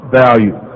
value